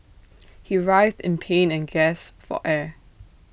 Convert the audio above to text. he writhed in pain and gasped for air